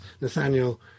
Nathaniel